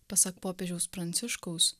pasak popiežiaus pranciškaus